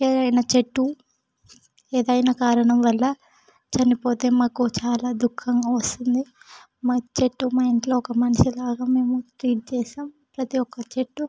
ఏదైనా చెట్టు ఏదైనా కారణం వలన చనిపోతే మాకు చాలా దుఃఖంగా వస్తుంది మా చెట్టు మా ఇంట్లో ఒక మనిషిలాగా మేము ట్రీట్ చేస్తాము ప్రతీ ఒక్క చెట్టు